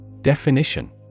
Definition